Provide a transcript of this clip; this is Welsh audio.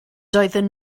doedden